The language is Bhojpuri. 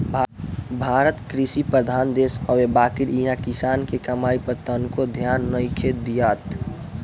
भारत कृषि प्रधान देश हवे बाकिर इहा किसान के कमाई पर तनको ध्यान नइखे दियात